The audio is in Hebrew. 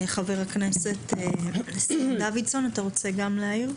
חבר הכנסת סימון דוידסון, אתה רוצה גם להעיר?